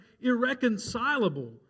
irreconcilable